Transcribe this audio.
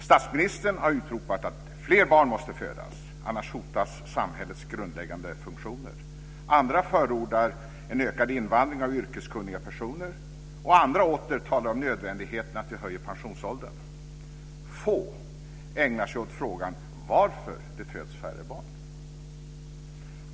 Statsministern har utropat att fler barn måste födas, annars hotas samhällets grundläggande funktioner. Andra förordar en ökad invandring av yrkeskunniga personer, och andra åter talar om nödvändigheten av att vi höjer pensionsåldern. Få ägnar sig åt frågan varför det föds färre barn.